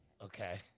Okay